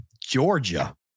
Georgia